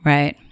Right